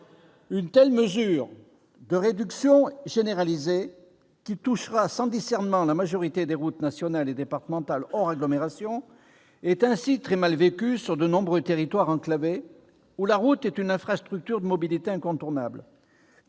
Une telle mesure de réduction généralisée, qui touchera sans discernement la majorité des routes nationales et départementales hors agglomération, est ainsi très mal vécue sur de nombreux territoires enclavés, où la route est une infrastructure de mobilité incontournable.